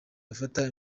bafata